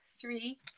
three